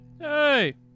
Hey